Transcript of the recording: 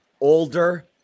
older